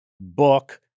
book